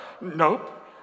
Nope